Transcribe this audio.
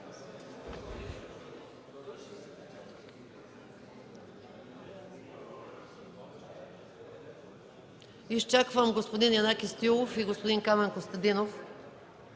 Изчаквам господин Янаки Стоилов и господин Камен Костадинов